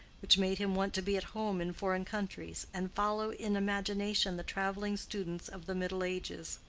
which made him want to be at home in foreign countries, and follow in imagination the traveling students of the middle ages.